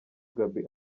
gaby